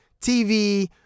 TV